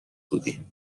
بودیم